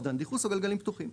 אבדן דיחוס או גלגלים פתוחים,